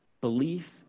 Belief